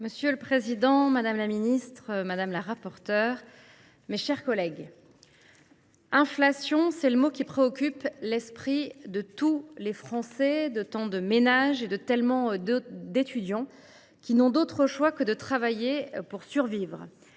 Monsieur le président, madame la ministre, mes chers collègues, « inflation »: tel est le mot qui occupe l’esprit de tous les Français, de tant de ménages et de tellement d’étudiants qui n’ont d’autre choix que de travailler pour survivre.